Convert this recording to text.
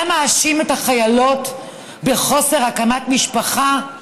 אתה מאשים את החיילות בחוסר הקמת משפחה?